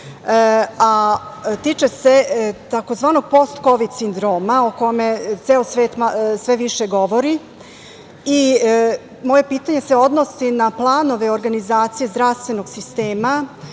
tiče se tzv. post kovid sindroma o kome ceo svet sve više govori. Moje pitanje se odnosi na planove, organizaciju zdravstvenog sistema